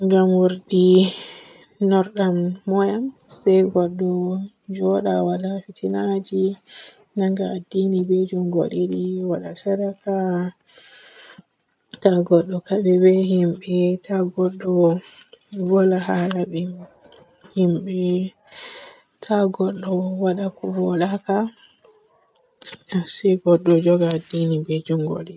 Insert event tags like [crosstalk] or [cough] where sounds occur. [noise] Gammurdi onordam moi en se gooɗo jooda waala fitinaji. Nanga addini be njuungo didi waada sadaka. Ta godɗo kabi be himɓe, ta godɗo voola haala himɓe. Ta godɗo waada ki voodaka, se godɗo jooga addini be njuugo didi.